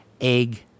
egg